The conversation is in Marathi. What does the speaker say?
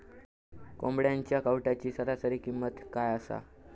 कोंबड्यांच्या कावटाची सरासरी किंमत काय असा?